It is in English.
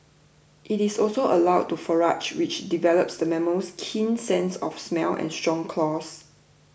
it is also allowed to forage which develops the mammal's keen sense of smell and strong claws